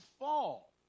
fall